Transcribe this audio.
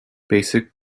basic